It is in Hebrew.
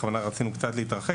בכוונה רצינו קצת להתרחק,